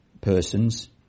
persons